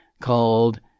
called